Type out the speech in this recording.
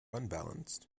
unbalanced